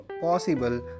possible